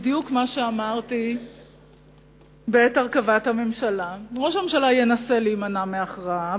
בדיוק מה שאמרתי בעת הרכבת הממשלה: ראש הממשלה ינסה להימנע מהכרעה,